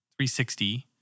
360